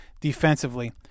defensively